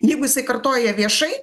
jeigu jisai kartoja viešai